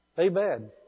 Amen